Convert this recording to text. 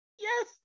Yes